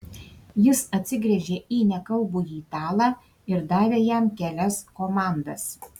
jis atsigręžė į nekalbųjį italą ir davė jam kelias komandas